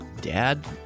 dad